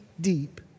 deep